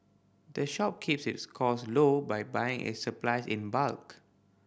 the shop keeps its cost low by buying its supplies in bulk